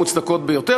מוצדקות ביותר,